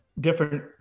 different